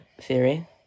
theory